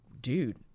dude